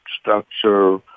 structure